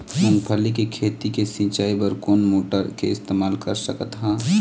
मूंगफली के खेती के सिचाई बर कोन मोटर के इस्तेमाल कर सकत ह?